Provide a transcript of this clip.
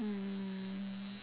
um